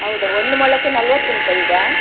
ಹೌದಾ ಒಂದು ಮೊಳಕ್ಕೆ ನಲ್ವತ್ತುಂಟಾ ಈಗ